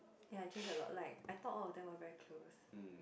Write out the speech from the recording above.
ya I change a lot like I thought all of them were very close